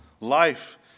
life